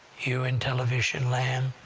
you in television land,